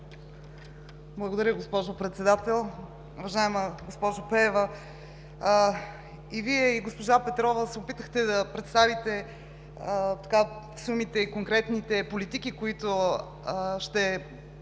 Благодаря, госпожо Председател. Уважаема госпожо Пеева, и Вие, и госпожа Петрова се опитахте да представите сумите и конкретните политики, които ще изпълняваме